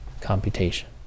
computation